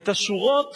את השורות